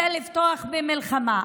זה לפתוח במלחמה.